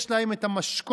יש להם את המשכון,